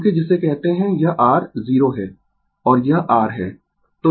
क्योंकि जिसे कहते है यह r 0 है और यह R है